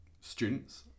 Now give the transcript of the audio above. students